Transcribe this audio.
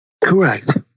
Correct